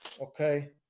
okay